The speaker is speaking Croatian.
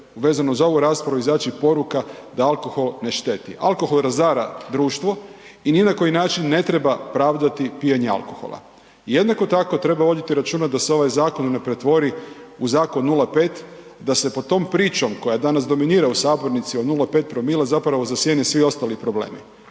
vezano za ovu raspravu izaći poruka da alkohol ne šteti. Alkohol razara društvo i ni na koji način ne treba pravdati pijenje alkohola. Jednako tako treba voditi računa da se ovaj zakon ne pretvori u zakon 0,5, da se po tom pričom koja danas dominira u sabornici o 0,5‰ zapravo zasjene svi ostali problemi.